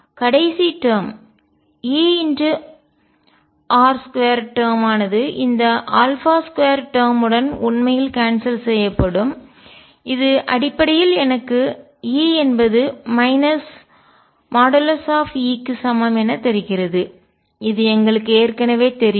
கடைசி term E r2 term மானது இந்த 2 டேர்ம் உடன் உண்மையில் கான்செல் செய்யப்படும் இது அடிப்படையில் எனக்கு E என்பது | E | க்கு சமம் என தருகிறது இது எங்களுக்கு ஏற்கனவே தெரியும்